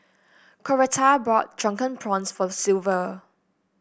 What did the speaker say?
Coretta bought Drunken Prawns for Silvia